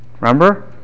Remember